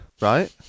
Right